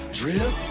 drip